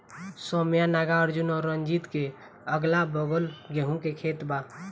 सौम्या नागार्जुन और रंजीत के अगलाबगल गेंहू के खेत बा